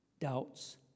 doubts